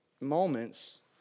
moments